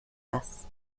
das